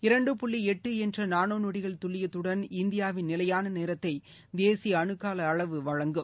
இரண்டு புள்ளி எட்டு என்ற நானோநொடிகள் துல்லியத்துடன் இந்தியாவின் நிலையான நேரத்தை தேசிய அணு கால அளவு வழங்கும்